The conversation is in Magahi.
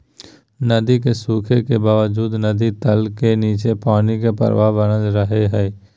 नदी के सूखे के बावजूद नदी तल के नीचे पानी के प्रवाह बनल रहइ हइ